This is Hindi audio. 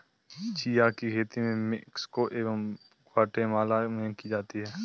चिया की खेती मैक्सिको एवं ग्वाटेमाला में की जाती है